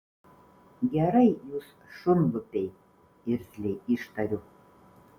gerai jūs šunlupiai irzliai ištariu